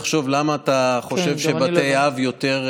אני מנסה לחשוב למה אתה חושב שבתי אב יותר,